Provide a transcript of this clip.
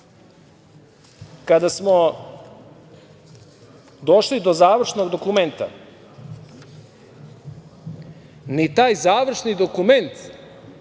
kada smo došli do završnog dokumenta, ni taj završni dokument